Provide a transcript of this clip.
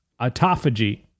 Autophagy